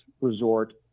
resort